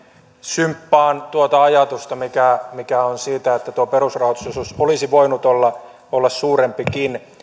symppaan tuota ajatusta siitä että perusrahoitusosuus olisi voinut olla olla suurempikin